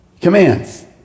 commands